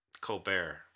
Colbert